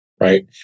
Right